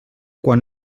quant